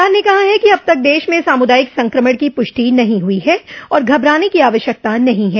सरकार ने कहा है कि अब तक देश में सामुदायिक संक्रमण की पुष्टि नहीं हुई है और घबराने की आवश्यकता नहीं है